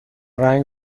رنگ